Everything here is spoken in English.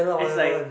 it's like